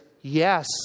yes